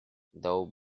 though